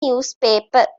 newspaper